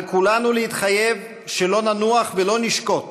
על כולנו להתחייב שלא ננוח ולא נשקוט